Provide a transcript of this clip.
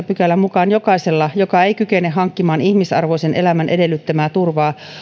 pykälän mukaan jokaisella joka ei kykene hankkimaan ihmisarvoisen elämän edellyttämää turvaa